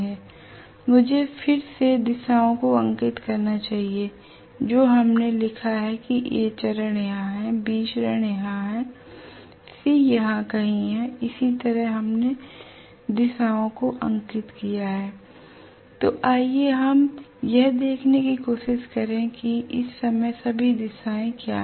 मुझे फिर से दिशाओं को अंकित करना चाहिए जो हमने लिखा है कि A चरण यहां है B चरण यहां कहीं है और C चरण यहां कहीं हैइसी तरह हमने दिशाओं को अंकित किया हैl तो आइए हम यह देखने की कोशिश करें कि इस समय सभी दिशाएँ क्या हैं